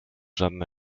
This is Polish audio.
żadna